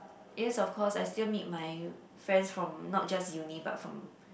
yes of course I still meet my friends from not just uni but from